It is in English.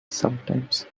sometimes